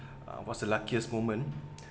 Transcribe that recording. uh what's the luckiest moment